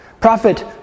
Prophet